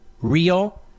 real